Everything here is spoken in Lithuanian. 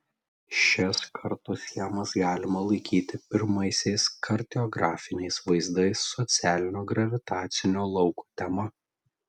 šias kartoschemas galima laikyti pirmaisiais kartografiniais vaizdais socialinio gravitacinio lauko tema